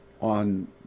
on